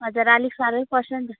हजुर अलिक साह्रै पर्छ नि त